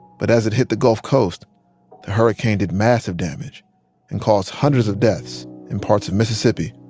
but as it hit the gulf coast, the hurricane did massive damage and caused hundreds of deaths in parts of mississippi,